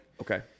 Okay